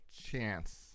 chance